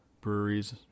breweries